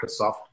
microsoft